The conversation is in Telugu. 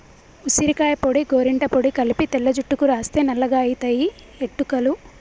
ఉసిరికాయ పొడి గోరింట పొడి కలిపి తెల్ల జుట్టుకు రాస్తే నల్లగాయితయి ఎట్టుకలు